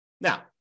Now